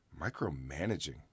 micromanaging